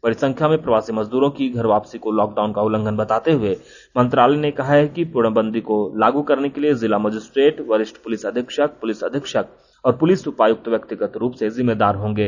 बड़ी संख्या में प्रवासी मजदूरों की घर वापसी को लॉकडाउन का उल्लंघन बताते हए मंत्रालय ने कहा है कि प्रर्णबंदी को लागू करने के लिए जिला मजिस्ट्रेट वरिष्ठ पुलिस अधीक्षक पुलिस अधीक्षक और पुलिस उपायुक्त व्यक्तिगत रूप से जिम्मेदार होंगे